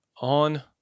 on